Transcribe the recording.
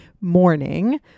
morning